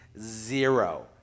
zero